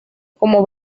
como